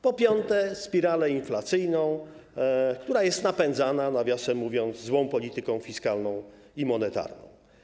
Po piąte, jest spirala inflacyjna, która jest napędzana, nawiasem mówiąc, złą polityką fiskalną i monetarną.